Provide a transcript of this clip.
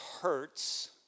hurts